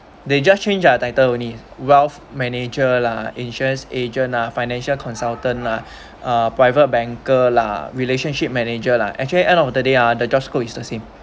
they just changed their title only wealth manager lah insurance agent lah financial consultant lah uh private banker lah relationship manager lah actually end of the day ah the job scope is the same